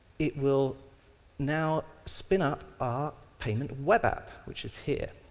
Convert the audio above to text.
it will now spin up our payment web app which is here.